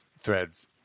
threads